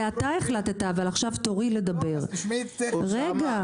ההערה שלך, אוסאמה,